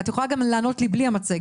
את יכולה גם לענות לי בלי המצגת.